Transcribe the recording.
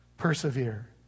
persevere